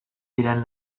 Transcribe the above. diren